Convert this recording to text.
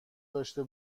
داشته